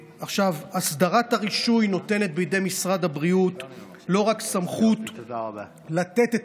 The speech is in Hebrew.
הסדרת הרישוי נותנת בידי משרד הבריאות לא רק סמכות לתת את